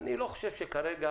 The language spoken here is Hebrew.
אני לא חושב שכרגע